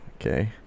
okay